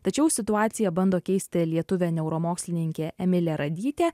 tačiau situaciją bando keisti lietuvė neuromokslininkė emilė radytė